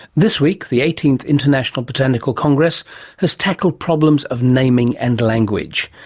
this week the eighteenth international botanical congress has tackled problems of naming and language,